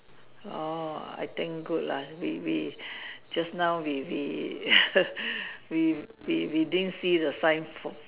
orh I think good lah we we just now we we we we we didn't see the sign for